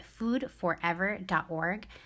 foodforever.org